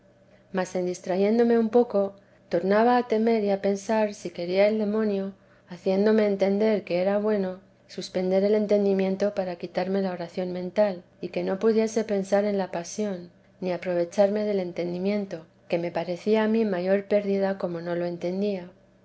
mas en distrayéndome un poco tornaba a temer y a pensar si quería el demonio haciéndome entender que era bueno suspender el entendimiento para quitarme la oración mental y que no pudiese pensar en la pasión ni aprovecharme del entendimiento que me parecía a mí mayor pérdida como no lo entendía